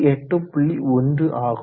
1ஆகும்